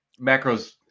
macros